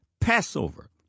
Passover